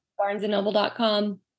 barnesandnoble.com